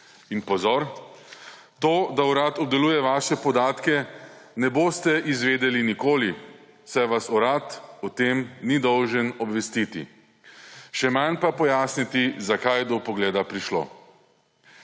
In – pozor – tega, da Urad obdeluje vaše podatke, ne boste izvedeli nikoli, saj vas Urad o tem ni dolžan obvestiti, še manj pa pojasniti, zakaj je do vpogleda prišlo.